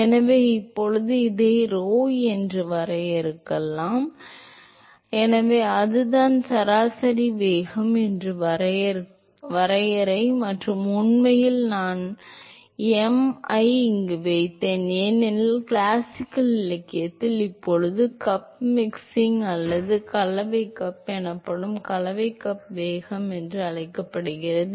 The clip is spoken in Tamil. எனவே இப்போது இதை rho என வரையறுக்கலாம் எனவே அதுதான் சராசரி வேகம் என்பது வரையறை மற்றும் உண்மையில் நான் m ஐ இங்கு வைத்தேன் ஏனெனில் கிளாசிக்கல் இலக்கியத்தில் இது கப் மிக்சிங் அல்லது கலவை கப் எனப்படும் கலவை கப் வேகம் என்றும் அழைக்கப்படுகிறது